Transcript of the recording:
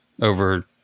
over